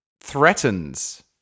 threatens